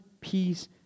peace